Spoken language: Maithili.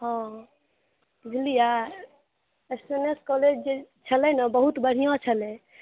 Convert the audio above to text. हॅं बुझलियै एस एन एस कॉलेज छलै नवसे बहुत बढ़िऑं कॉलेज छलै